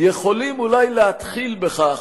יכולים אולי להתחיל בכך,